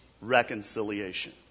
reconciliation